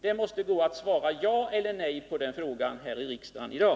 Det måste gå att svara ja eller nej på den frågan här i riksdagen i dag.